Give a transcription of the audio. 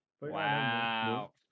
Wow